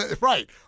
Right